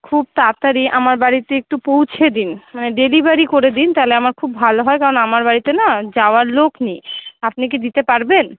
খুব তাড়াতাড়ি আমার বাড়িতে একটু পৌঁছে দিন মানে ডেলিভারি করে দিন তাহলে আমার খুব ভালো হয় কারণ আমার বাড়িতে না যাওয়ার লোক নেই আপনি কি দিতে পারবেন